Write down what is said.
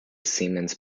siemens